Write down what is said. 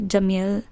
Jamil